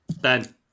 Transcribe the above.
Ben